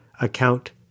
account